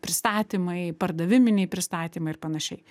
pristatymai pardaviminiai pristatymai ir panašiai